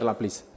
please